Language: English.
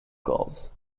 gulls